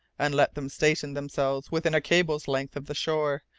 and let them station themselves within a cable's length of the shore,